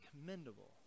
commendable